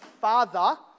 father